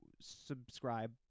subscribe